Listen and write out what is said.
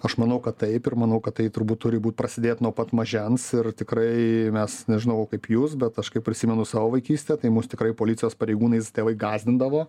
aš manau kad taip ir manau kad tai turbūt turi būt prasidėt nuo pat mažens ir tikrai mes nežinau kaip jūs bet aš kai prisimenu savo vaikystę tai mus tikrai policijos pareigūnais tėvai gąsdindavo